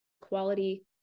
quality